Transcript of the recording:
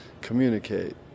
communicate